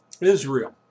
Israel